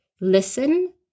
listen